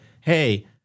Hey